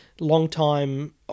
longtime